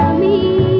me